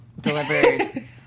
delivered